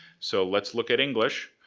so let's look at english.